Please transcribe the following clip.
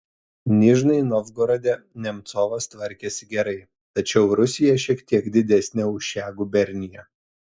nižnij novgorode nemcovas tvarkėsi gerai tačiau rusija šiek tiek didesnė už šią guberniją